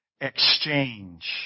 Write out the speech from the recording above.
Exchange